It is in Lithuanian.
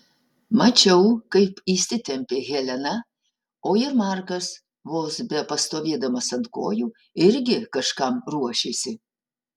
mačiau kaip įsitempė helena o ir markas vos bepastovėdamas ant kojų irgi kažkam ruošėsi